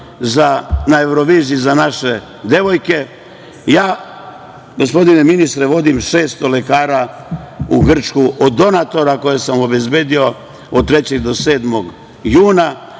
na Evroviziji za naše devojke. Ja gospodine ministre, vodim 600 lekara u Grčku od donatora koje sam obezbedio od 3. – 7. juna,